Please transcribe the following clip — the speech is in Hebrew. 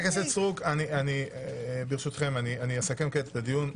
חברת הכנסת סטרוק, ברשותכם, אסכם כעת את הדיון.